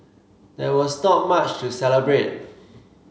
there was not much to celebrate